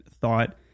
thought